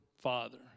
father